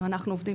אנחנו עובדים